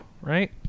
right